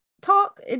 talk